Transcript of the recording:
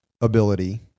ability